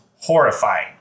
horrifying